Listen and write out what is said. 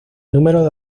número